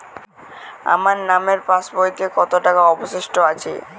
আমার নামের পাসবইতে কত টাকা অবশিষ্ট আছে?